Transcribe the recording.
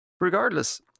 Regardless